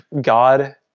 God